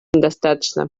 недостаточно